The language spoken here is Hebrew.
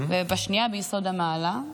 ובשנייה ביסוד המעלה,